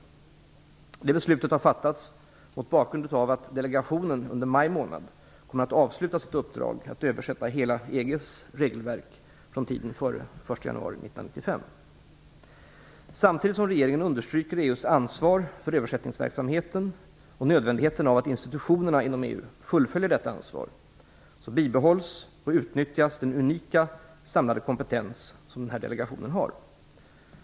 Detta beslut har fattats mot bakgrund av att delegationen under maj månad kommer att avsluta sitt uppdrag att översätta hela EG:s regelverk från tiden före den 1 Samtidigt som regeringen understryker EU:s ansvar för översättningsverksamheten och nödvändigheten av att institutionerna inom EU fullföljer detta ansvar, bibehålls och utnyttjas den unika samlade kompetens som delegationen har.